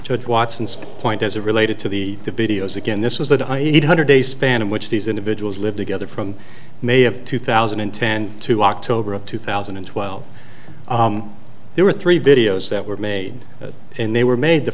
judge watson's point as it related to the the videos again this was a high heat hundred days span in which these individuals live together from may of two thousand and ten to october of two thousand and twelve there were three videos that were made and they were made the